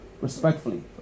respectfully